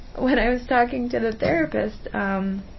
when i was talking to the therapist, um